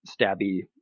stabby